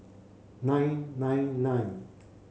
nine nine nine